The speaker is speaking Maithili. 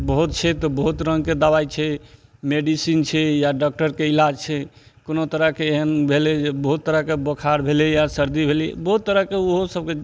बहुत छै तऽ बहुत रङ्गके दबाइ छै मेडिसिन छै या डॉक्टरके इलाज छै कोनो तरहके एहन भेलय जे बहुत तरहके बोखार भेलय या सर्दी भेलय बहुत तरहके ओहो सबके